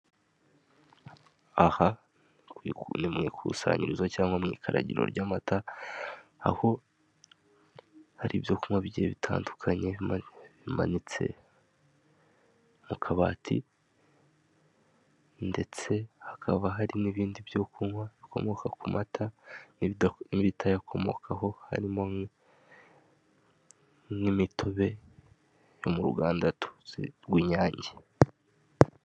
Aha ni mu ikusanyirizo cyangwa mu ikaragiro ry'amata aho hari ibyo kunywa bigiye bitandukanye bimanitse mu kabati ndetse hakaba hari n'ibindi byo kunywa bikomoka kumata n'ibitayakomokaho harimo nk'imitobe, ni muruganda tuzi rw'inyange.